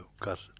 got